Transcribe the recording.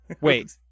Wait